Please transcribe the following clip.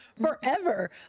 forever